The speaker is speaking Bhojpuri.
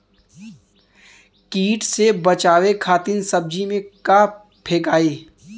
कीट से बचावे खातिन सब्जी में का फेकाई?